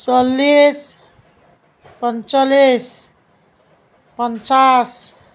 চল্লিচ পঞ্চলিছ পঞ্চাছ